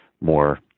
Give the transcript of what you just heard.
more